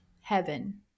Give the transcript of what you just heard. heaven